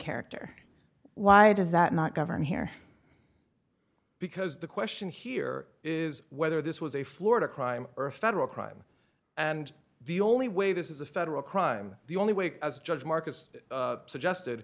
character why does that not govern here because the question here is whether this was a florida crime earth federal crime and the only way this is a federal crime the only way as judge marcus suggested